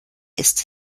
ist